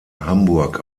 hamburg